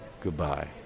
goodbye